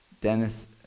Dennis